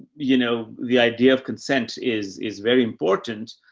you know, the idea of consent is, is very important.